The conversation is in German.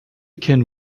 can